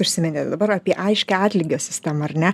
užsiminėt dabar apie aiškią atlygio sistemą ar ne